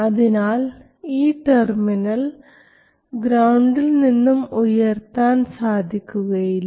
അതിനാൽ ഈ ടെർമിനൽ ഗ്രൌണ്ടിൽ നിന്നും ഉയർത്താൻ സാധിക്കുകയില്ല